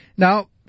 Now